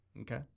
Okay